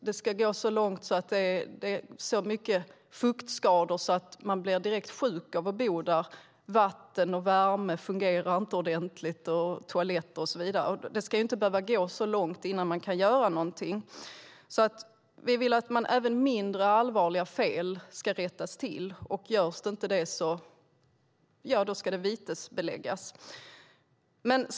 Det ska ha gått så långt att det är så mycket fuktskador att man blir direkt sjuk av att bo där och att vatten, värme och toaletter inte fungerar ordentligt. Det ska inte behöva gå så långt innan man kan göra någonting. Vi vill att även mindre allvarliga fel ska rättas till. Sker inte det ska det vitesbeläggas.